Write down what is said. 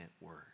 word